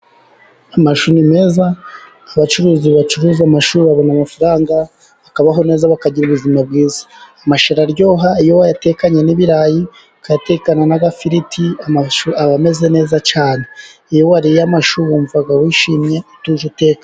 Amashu ni meza abacuruzi bacuruza amashu babona amafaranga, bakabaho neza bakagira ubuzima bwiza, amashu araryoha iyo watekanye n'ibirayi ,ukayatekana n'agafiriti amashu aba ameze neza cyane iyo wariye amashu wumva wishimye utuje utekanye.